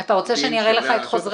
--- אתה רוצה שאני אראה לך את חוזרי